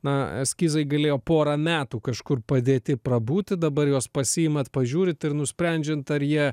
na eskizai galėjo porą metų kažkur padėti prabūti dabar juos pasiimat pažiūrit ir nusprendžiant ar jie